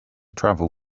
travel